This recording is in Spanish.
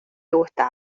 gusta